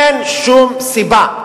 אין שום סיבה.